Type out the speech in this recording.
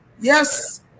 Yes